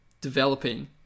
developing